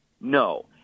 no